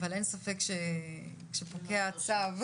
אבל אין ספק שכאשר פוקע הצו,